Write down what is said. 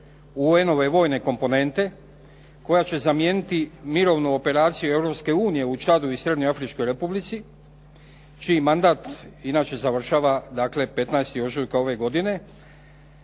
UN-ove vojne komponente koja će zamijeniti Mirovnu operaciju Europske unije u Čadu i Srednjeafričkoj Republici čiji mandat inače završava dakle 15. ožujka ove godine,